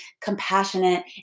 compassionate